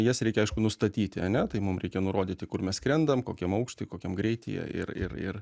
jas reikia aišku nustatyti ane tai mum reikia nurodyti kur mes skrendam kokiam aukšty kokiam greityje ir ir ir